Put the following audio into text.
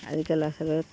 আজিকালি ল'ৰা ছোৱালী